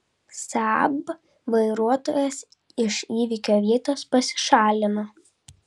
saab vairuotojas iš įvykio vietos pasišalino